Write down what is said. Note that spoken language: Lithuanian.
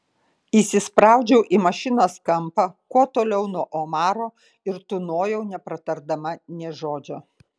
įsispraudžiau į mašinos kampą kuo toliau nuo omaro ir tūnojau nepratardama nė žodžio